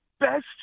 best